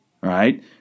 right